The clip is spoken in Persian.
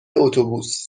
اتوبوس